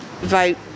vote